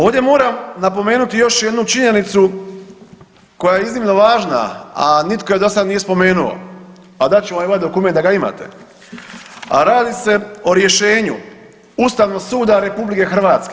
Ovdje moram napomenuti još jednu činjenicu koja je iznimno važna, a nitko je dosad nije spomenuo, a dat ću vam i ovaj dokument da ga imate, a radi se o rješenju Ustavnog suda RH.